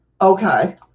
Okay